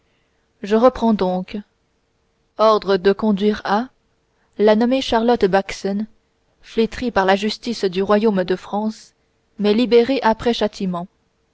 je reprends donc ordre de conduire à la nommée charlotte backson flétrie par la justice du royaume de france mais libérée après châtiment